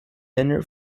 inner